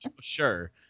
sure